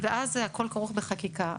ואז הכול כרוך בחקיקה,